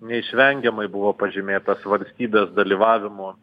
neišvengiamai buvo pažymėtas valstybės dalyvavimo